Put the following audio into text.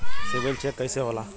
CIBIL check कइसे होला?